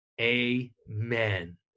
Amen